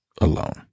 alone